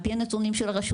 על פי הנתונים של הרשות,